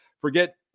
Forget